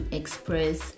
express